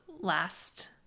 last